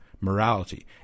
morality